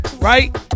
Right